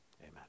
Amen